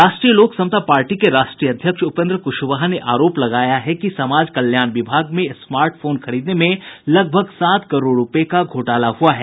राष्ट्रीय लोक समता पार्टी के राष्ट्रीय अध्यक्ष उपेंद्र कुशवाहा ने आरोप लगाया है कि समाज कल्याण विभाग में स्मार्टफोन खरीदने में लगभग सात करोड़ रुपये का घोटाला हुआ है